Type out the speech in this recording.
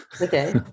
Okay